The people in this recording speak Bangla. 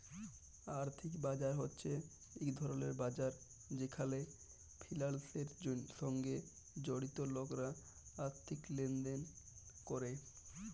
আর্থিক বাজার হছে ইক ধরলের বাজার যেখালে ফিলালসের সঙ্গে জড়িত লকরা আথ্থিক লেলদেল ক্যরে